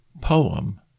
poem